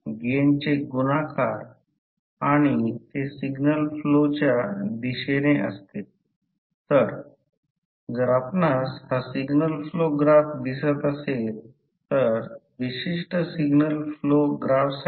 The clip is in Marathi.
तर थोडे टप्पा टप्प्याने पुढे जाऊ मी इथे जे काही लिहिले आहे आणि मी जे काही म्हणेन आणि ते यामागील फीलोसोफी आहे